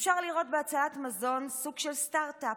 אפשר לראות בהצלת מזון סוג של סטרטאפ.